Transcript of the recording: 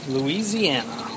Louisiana